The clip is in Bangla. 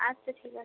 আচ্ছা ঠিক আছে